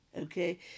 Okay